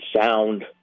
sound